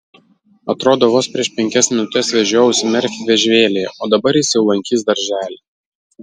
atrodo vos prieš penkias minutes vežiojausi merfį vežimėlyje o dabar jis jau lankys darželį